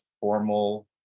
formal